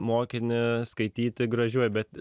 mokinį skaityti gražiuoju bet